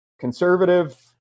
conservative